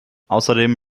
außerdem